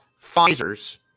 Pfizer's